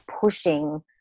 pushing